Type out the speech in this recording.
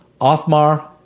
Othmar